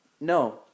No